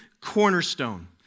cornerstone